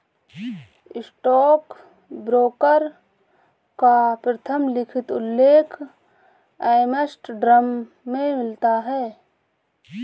stockbroker का प्रथम लिखित उल्लेख एम्स्टर्डम में मिलता है